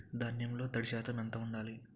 ధాన్యంలో తడి శాతం ఎంత ఉండాలి?